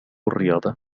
الرياضة